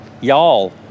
Y'all